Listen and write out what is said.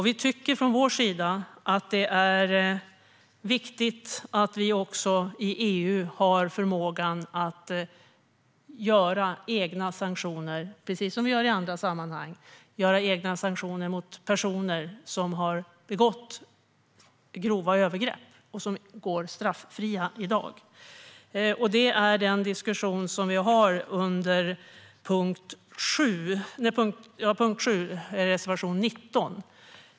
Vi tycker att det är viktigt att EU - precis som i andra sammanhang - har förmågan att införa egna sanktioner mot personer som har begått grova övergrepp och som i dag går straffria. Den diskussionen förs i reservation 19.